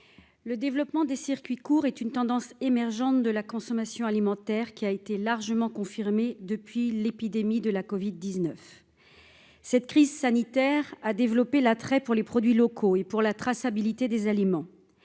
le développement des circuits courts est une tendance émergente de la consommation alimentaire, largement confirmée depuis l'épidémie de la covid-19. Cette crise sanitaire a développé l'attrait des consommateurs pour les produits locaux et pour la traçabilité des aliments.